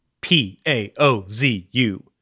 P-A-O-Z-U